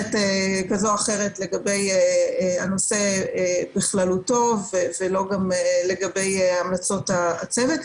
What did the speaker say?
לגבי הנושא בכללותו ולא גם לגבי המלצות הצוות.